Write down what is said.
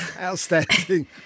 outstanding